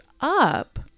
up